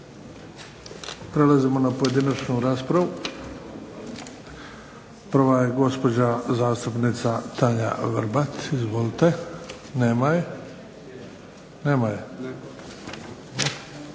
Prelazimo na pojedinačnu raspravu. Prva je gospođa zastupnica Tanja Vrbat, izvolite. Nema je.